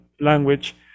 language